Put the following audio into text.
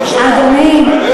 אדוני,